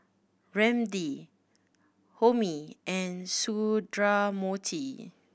Ramdev Homi and Sundramoorthy